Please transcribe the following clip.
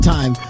Time